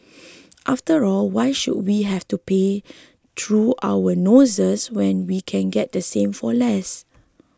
after all why should we have to pay through our noses when we can get the same for less